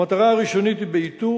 המטרה הראשונית היא איתור,